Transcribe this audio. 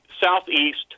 southeast